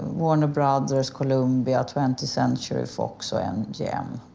warner bros, columbia, twentieth century fox so and mgm.